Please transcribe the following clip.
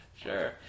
Sure